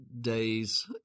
days